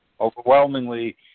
overwhelmingly